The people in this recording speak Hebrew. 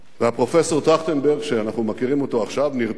ופרופסור טרכטנברג, שאנחנו מכירים עכשיו, נרתם